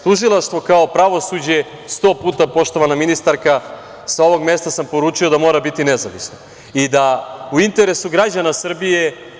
Tužilaštvo, kao i pravosuđe, sto puta, poštovana ministarka, sa ovog mesta sam poručio, mora biti nezavisno i u interesu građana Srbije.